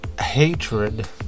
hatred